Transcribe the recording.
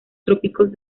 trópicos